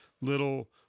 little